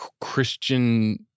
Christian